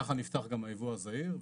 כך נפתח גם הייבוא הזעיר.